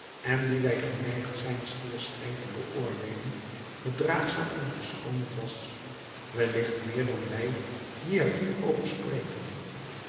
en die wij geneigd zijn schier streng te beoordeelen verdraagzaam en verschoonend was wellicht meer dan wij die er hier over spreken